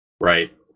Right